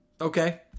Okay